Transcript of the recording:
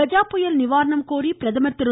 கஜா புயல் நிவாரணம் கோரி பிரதமர் திரு